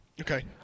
Okay